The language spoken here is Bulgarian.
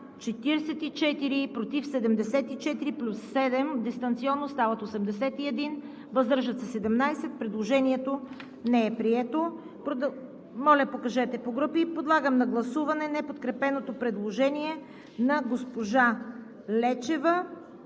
44, против 74 плюс 7 дистанционно – стават 81, въздържали се 17. Предложението не е прието. Подлагам на гласуване неподкрепеното предложение на госпожа Лечева.